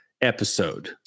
episode